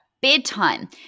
Bedtime